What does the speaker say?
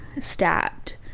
stabbed